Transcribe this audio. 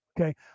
Okay